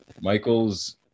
Michael's